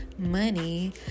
money